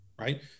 right